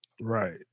Right